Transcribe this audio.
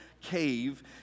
cave